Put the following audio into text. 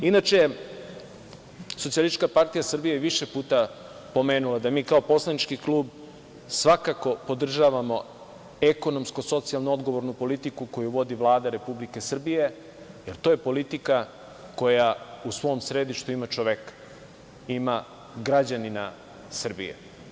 Inače, SPS je više puta pomenula da mi kao poslanički klub svakako podržavamo ekonomsko-socijalnu odgovornu politiku koju vodi Vlada Republike Srbije, jer to je politika koja u svom središtu ima čoveka, ima građanina Srbije.